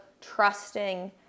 trusting